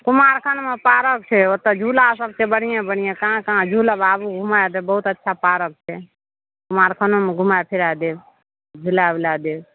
कुमारखंडमे park छै ओतऽ झूला सब छै बढ़िआँ बढ़िआँ झूलब आबू घूमाए देब बहुत अच्छा अच्छा पारक छै कुमारखंडमे घूमाए फिराए देब झूला ओला देब